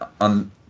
on